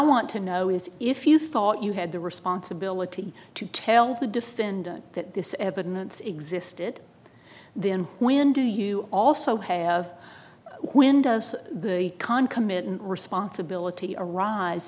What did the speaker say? want to know is if you thought you had the responsibility to tell the defendant that this evidence existed then when do you also have windows concommitant responsibility arise